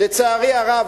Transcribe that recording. לצערי הרב,